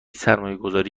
سرمایهگذاری